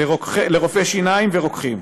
לרופאי שיניים ולרוקחים,